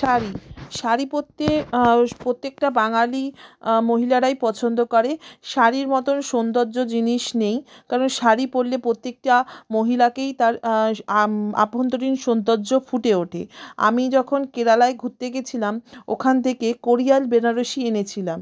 শাড়ি শাড়ি পরতে প্রত্যেকটা বাঙালি মহিলারাই পছন্দ করে শাড়ির মতন সৌন্দর্য জিনিস নেই কারণ শাড়ি পরলে প্রত্যেকটা মহিলাকেই তার আভ্যন্তরীণ সুন্দর্য ফুটে ওঠে আমি যখন কেরালায় ঘুরতে গেছিলাম ওখান থেকে কোরিয়াল বেনারসি এনেছিলাম